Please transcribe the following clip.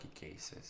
cases